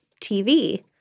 TV